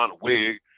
wig